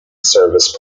service